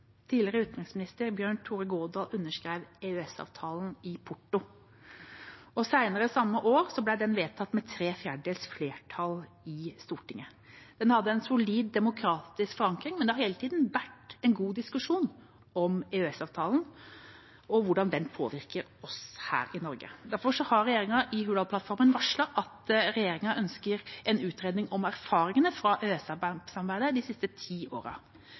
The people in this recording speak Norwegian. tidligere utenriksminister Bjørn Tore Godal underskrev EØS-avtalen i Porto. Senere samme år ble den vedtatt med tre fjerdedels flertall i Stortinget. Den hadde en solid demokratisk forankring, men det har hele tida vært en god diskusjon om EØS-avtalen og hvordan den påvirker oss her i Norge. Derfor har regjeringa i Hurdalsplattformen varslet at man ønsker en utredning om erfaringene fra EØS-samarbeidet de siste ti